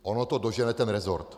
Ono to dožene ten resort.